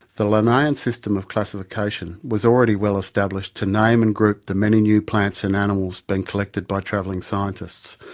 the linnaean system of classification was already well established to name and group the many new plants and animals being collected by travelling scientists.